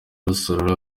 rusororo